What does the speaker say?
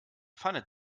pfanne